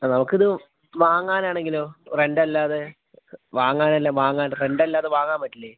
ആ നമുക്കിത് വാങ്ങാനാണെങ്കിലോ റെന്റ് അല്ലാതെ വാങ്ങാൻ അല്ല വാങ്ങാൻ റെന്റ് അല്ലാതെ വാങ്ങാൻ പറ്റില്ലേ